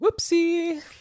Whoopsie